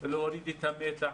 להוריד את המתח,